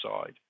side